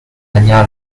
参加